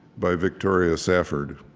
by victoria safford